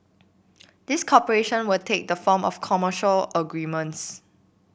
this cooperation will take the form of commercial agreements